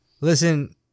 Listen